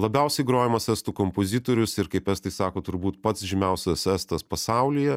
labiausiai grojamas estų kompozitorius ir kaip estai sako turbūt pats žymiausias estas pasaulyje